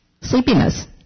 sleepiness